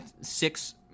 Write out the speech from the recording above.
six